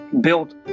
built